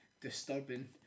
disturbing